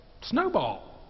snowball